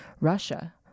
Russia